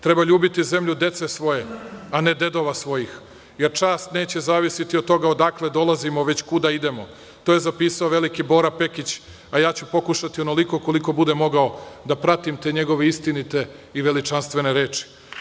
Treba ljubiti zemlju dece svoje, a ne dedova svojih, jer čast neće zavisiti od toga odakle dolazimo, već kuda idemo.“ To je zapisao veliki Bora Pekić, a ja ću pokušati onoliko koliko budem mogao da pratim te njegove istinite i veličanstvene reči.